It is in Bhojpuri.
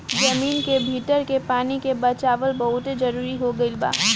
जमीन के भीतर के पानी के बचावल बहुते जरुरी हो गईल बा